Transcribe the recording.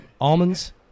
almonds